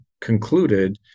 concluded